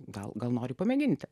gal gal nori pamėginti